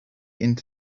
into